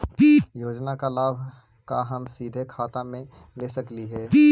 योजना का लाभ का हम सीधे खाता में ले सकली ही?